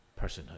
personhood